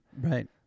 Right